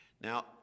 Now